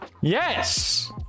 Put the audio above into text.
Yes